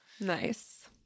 nice